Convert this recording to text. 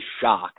shock